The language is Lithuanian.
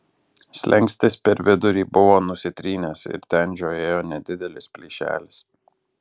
slenkstis per vidurį buvo nusitrynęs ir ten žiojėjo nedidelis plyšelis